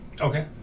Okay